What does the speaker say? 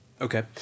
Okay